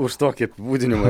už tokį apibūdinimą